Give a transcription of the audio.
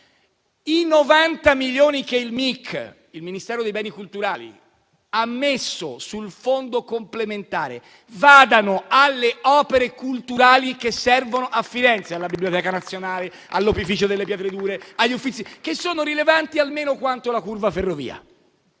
I 90 milioni che il Ministero della cultura (Mic) ha messo sul fondo complementare vadano alle opere culturali che servono a Firenze: alla Biblioteca nazionale, all'Opificio delle pietre dure, agli Uffizi, che sono rilevanti almeno quanto la curva Ferrovia.